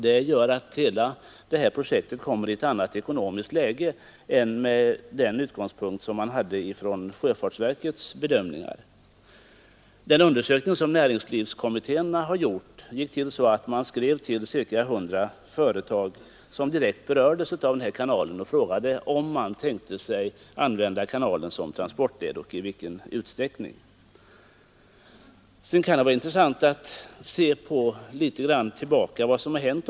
Det gör att hela detta projekt kommer i ett annat ekonomiskt läge än med den utgångspunkt som sjöfartsverkets bedömningar hade. Den undersökning som näringslivskommittéerna har gjort gick till så att de skrev till ca hundra företag, som direkt berördes av denna kanal, och frågade i vilken utsträckning företagen tänkte använda kanalen såsom transportled. Det kan vara intressant att se tillbaka på vad som har hänt.